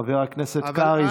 חבר הכנסת קרעי,